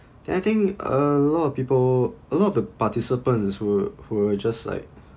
then I think a lot of people a lot of the participants were were just like